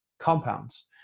compounds